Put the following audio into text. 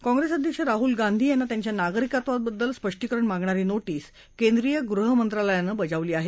काँप्रेस अध्यक्ष राहुल गांधी यांना त्यांच्या नागरिकत्वाबद्दल स्पष्टीकरण मागणारी नोटीस केंद्रीय गृहमंत्रालयानं बजावली आहे